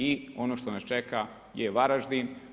I ono što nas čeka je Varaždin.